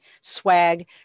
swag